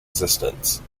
existence